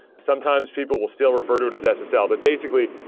sometimes people will still refer to it as as ssl. but, basically,